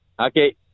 Okay